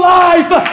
life